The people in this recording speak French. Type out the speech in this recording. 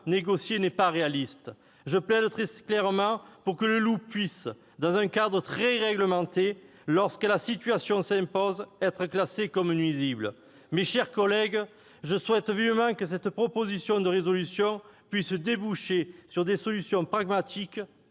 négocié n'est pas réaliste. Je plaide très clairement pour que le loup puisse- dans un cadre très réglementé, et lorsque la situation l'impose -être classé comme nuisible. Très bien ! Mes chers collègues, je souhaite vivement que cette proposition de résolution débouche sur des solutions pragmatiques,